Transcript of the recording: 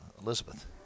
Elizabeth